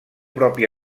propi